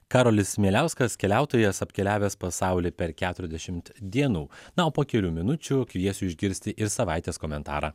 karolis mieliauskas keliautojas apkeliavęs pasaulį per keturiasdešimt dienų na o po kelių minučių kviesiu išgirsti ir savaitės komentarą